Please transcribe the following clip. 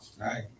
Right